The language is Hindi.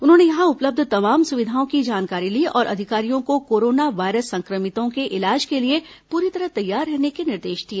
उन्होंने यहां उपलब्ध तमाम सुविधाओं की जानकारी ली और अधिकारियों को कोरोना वायरस संक्रमितों के इलाज के लिए पूरी तरह तैयार रहने के निर्देश दिए